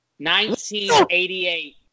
1988